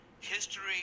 History